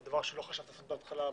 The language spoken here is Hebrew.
זה דבר שלא חשבת לעשות בהתחלה,